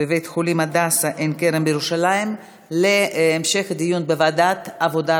בבית-החולים הדסה עין כרם בירושלים להמשך דיון בוועדת העבודה,